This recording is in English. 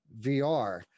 VR